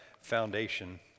foundation